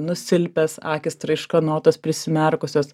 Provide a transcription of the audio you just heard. nusilpęs akys traiškanotos prisimerkusios